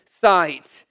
sight